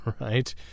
right